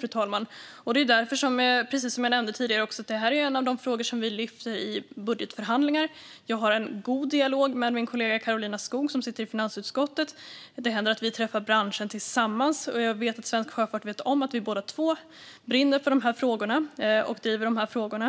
Det är därför, precis som jag nämnde tidigare, som det här är en av de frågor som vi lyfter upp i budgetförhandlingar. Jag har en god dialog med min kollega Karolina Skog, som sitter i finansutskottet. Det händer att vi träffar branschen tillsammans. Jag vet att Svensk Sjöfart vet om att vi båda två brinner för och driver dessa frågor,